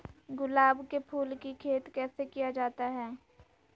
गुलाब के फूल की खेत कैसे किया जाता है?